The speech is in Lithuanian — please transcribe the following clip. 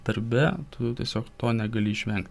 darbe tu tiesiog to negali išvengt